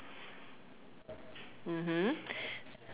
mmhmm